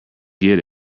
get